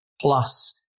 plus